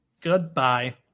Goodbye